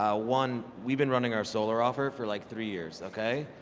ah one, we've been running our solar offer for like three years okay?